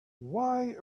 why